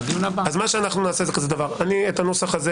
אז מה שאנחנו נעשה זה כזה דבר: אני את הנוסח הזה